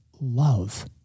Love